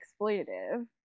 exploitative